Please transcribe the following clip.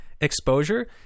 exposure